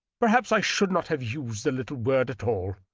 perhaps i should not have used the little word at all.